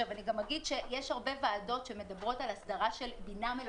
אני גם אגיד שיש הרבה ועדות שמדברות על אסדרה של בינה מלאכותית.